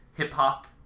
hip-hop